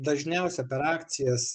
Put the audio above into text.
dažniausia per akcijas